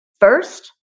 first